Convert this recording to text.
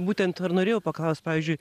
būtent to ir norėjau paklaust pavyzdžiui